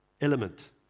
element